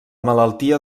malaltia